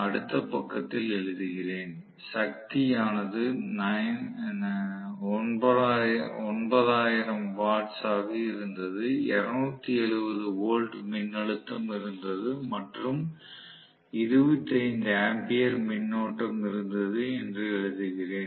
அடுத்த பக்கத்தில் எழுதுகிறேன் சக்தி ஆனது 9000 வாட்ஸ் ஆக இருந்தது 270 வோல்ட் மின்னழுத்தம் இருந்தது மற்றும் 25 ஆம்பியர் மின்னோட்டம் இருந்தது என்று எழுதுகிறேன்